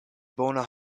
bona